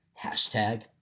Hashtag